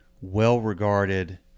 well-regarded